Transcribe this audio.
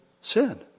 sin